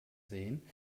sehen